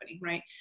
right